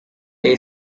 day